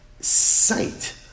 sight